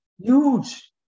Huge